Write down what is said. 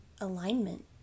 alignment